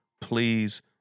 please